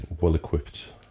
well-equipped